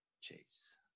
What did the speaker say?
Chase